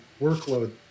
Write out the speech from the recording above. workload